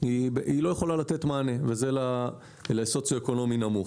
לא יכולה לתת מענה ואלה המקומות במצב סוציו אקונומי נמוך.